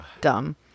dumb